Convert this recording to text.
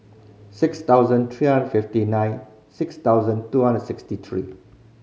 six thousand three hundred fifty nine six thousand two hundred sixty three